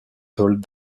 told